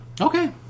Okay